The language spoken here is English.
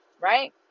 right